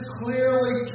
clearly